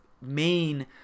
main